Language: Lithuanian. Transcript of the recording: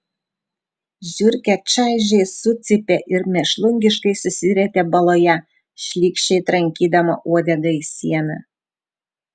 žiurkė čaižiai sucypė ir mėšlungiškai susirietė baloje šlykščiai trankydama uodegą į sieną